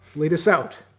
lead us out.